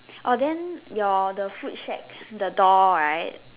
orh then the food shacks the door right